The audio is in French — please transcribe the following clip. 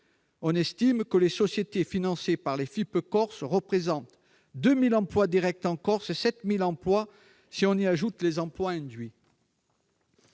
On estime que les sociétés financées par les FIP Corse représentent 2 000 emplois directs en Corse, et même 7 000 si l'on y ajoute les emplois induits.